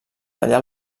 tallar